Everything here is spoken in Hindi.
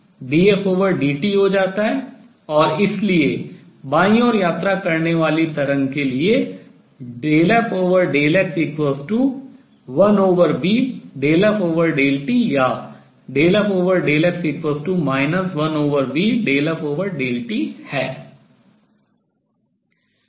और इसलिए बाईं ओर यात्रा करने वाली तरंग के लिए ∂f∂x1v∂f∂t या ∂f∂x 1v∂f∂t है